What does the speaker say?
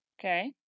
Okay